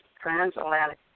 Transatlantic